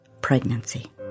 pregnancy